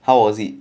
how was it